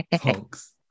Folks